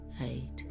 eight